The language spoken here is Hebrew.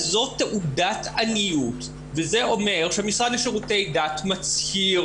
אז זאת תעודת עניות וזה אומר שהמשרד לשירותי דת מצהיר